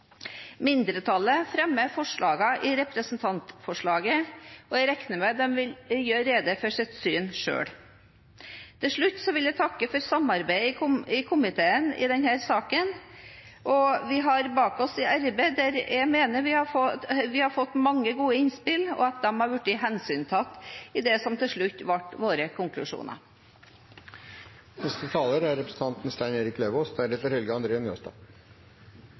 Mindretallet fremmer forslagene i representantforslaget, og jeg regner med de vil gjøre rede for sitt syn selv. Til slutt vil jeg takke for samarbeidet i komiteen i denne saken. Vi har bak oss et arbeid der jeg mener vi har fått mange gode innspill, og at de har blitt hensyntatt i det som til slutt ble våre konklusjoner. Takk for en god og ryddig redegjørelse fra saksordføreren. Det er